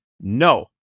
No